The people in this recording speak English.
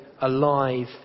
alive